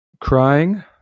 crying